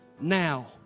now